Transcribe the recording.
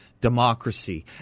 democracy